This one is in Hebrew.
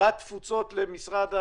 -- תפוצות למשרד התפוצות,